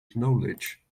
knowledge